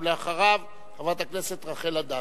ואחריו, חברת הכנסת רחל אדטו.